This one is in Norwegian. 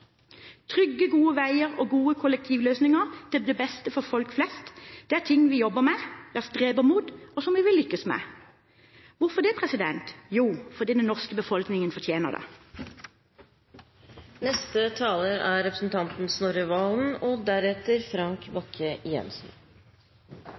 Trygge, gode veier og gode kollektivløsninger til beste for folk flest er ting vi jobber med, streber mot og som vi vil lykkes med. Hvorfor det? Jo, fordi den norske befolkningen fortjener det. Det er